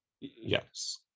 Yes